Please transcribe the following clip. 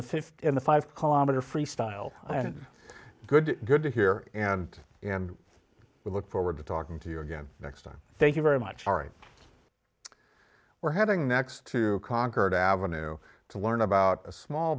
the fifth in the five kilometer freestyle and good good to hear and we look forward to talking to you again next time thank you very much ari we're heading next to concord avenue to learn about a small